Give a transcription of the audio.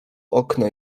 okna